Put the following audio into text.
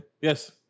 Yes